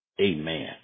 amen